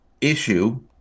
issue